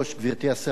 גברתי השרה,